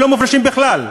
שלא מופרשים בכלל.